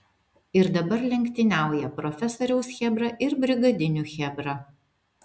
ir dabar lenktyniauja profesoriaus chebra ir brigadinių chebra